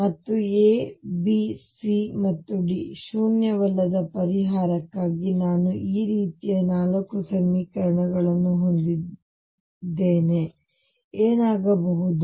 ಮತ್ತು A B C ಮತ್ತು D ಶೂನ್ಯವಲ್ಲದ ಪರಿಹಾರಕ್ಕಾಗಿ ನಾನು ಈ ರೀತಿಯ 4 ಸಮೀಕರಣಗಳನ್ನು ಹೊಂದಿದ್ದೇನೆ ಏನಾಗಬೇಕು